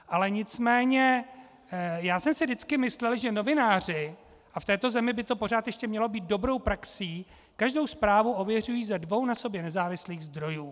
Ale nicméně já jsem si vždycky myslel, že novináři, a v této zemi by to pořád ještě mělo být dobrou praxí, každou zprávu ověřují ze dvou na sobě nezávislých zdrojů.